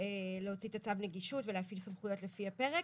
להוציא את צו הנגישות ולהפעיל סמכויות לפי הפרק.